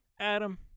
Adam